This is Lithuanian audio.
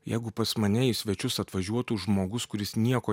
jeigu pas mane į svečius atvažiuotų žmogus kuris nieko